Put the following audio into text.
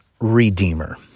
redeemer